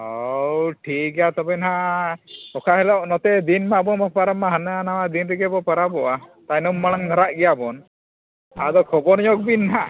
ᱦᱳᱭ ᱴᱷᱤᱠ ᱜᱮᱭᱟ ᱛᱚᱵᱮ ᱱᱟᱦᱟᱜ ᱚᱠᱟ ᱦᱤᱞᱳᱜ ᱱᱚᱛᱮ ᱫᱤᱱᱢᱟ ᱟᱵᱚᱢᱟ ᱯᱟᱨᱚᱢᱟ ᱦᱟᱱᱟ ᱱᱷᱟᱣᱟ ᱫᱤᱱ ᱨᱮᱜᱮ ᱵᱚᱱ ᱯᱟᱨᱟᱵᱽᱜᱼᱟ ᱛᱟᱭᱚᱢ ᱢᱟᱲᱟᱝ ᱫᱷᱟᱨᱟ ᱧᱚᱜ ᱜᱮᱭᱟ ᱵᱚᱱ ᱟᱫᱚ ᱠᱷᱚᱵᱚᱨ ᱧᱚᱜ ᱵᱤᱱ ᱱᱟᱦᱟᱜ